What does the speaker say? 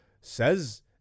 says